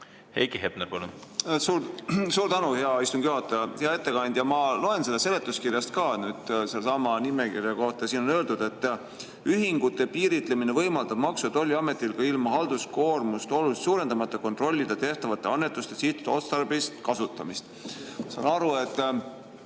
Heiki Hepner, palun! Suur tänu, hea istungi juhataja! Hea ettekandja! Ma loen seletuskirjast ka nüüd sellesama nimekirja kohta ja siin on öeldud, et ühingute piiritlemine võimaldab Maksu‑ ja Tolliametil ka ilma halduskoormust oluliselt suurendamata kontrollida tehtavate annetuste sihtotstarbelist kasutamist. Ma saan aru, et